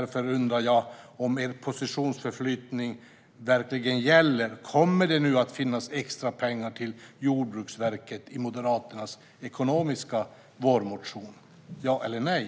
Därför undrar jag om er positionsförflyttning verkligen gäller. Kommer det nu att finnas extrapengar till Jordbruksverket i Moderaternas ekonomiska vårmotion - ja eller nej?